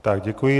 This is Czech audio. Tak děkuji.